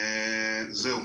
זהו.